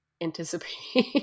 anticipate